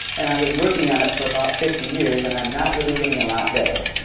and i've been working on it for about fifty years and i'm not really getting a lot better